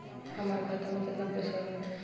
हमार खाता मे केतना पैसा बा?